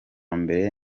mbere